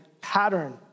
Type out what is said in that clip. pattern